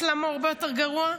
למה הוא הרבה יותר גרוע?